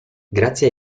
grazie